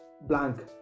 blank